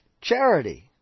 charity